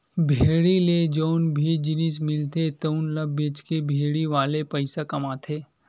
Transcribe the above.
भेड़ी ले जउन भी जिनिस मिलथे तउन ल बेचके भेड़ी वाले पइसा कमाथे